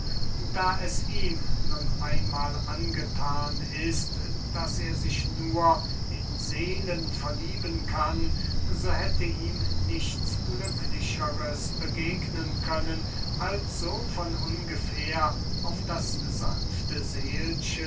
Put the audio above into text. da es ihm nun einmahl angethan ist daß er sich nur in seelen verlieben kann so hätte ihm nichts glücklicheres begegnen können als so von ungefähr auf das sanfte seelchen